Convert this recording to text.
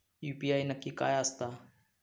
UPI नक्की काय आसता?